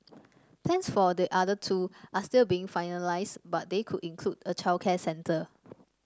plans for the other two are still being finalised but they could include a childcare centre